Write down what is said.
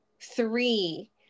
Three